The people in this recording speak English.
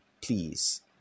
Please